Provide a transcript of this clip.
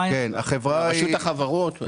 רשות החברות?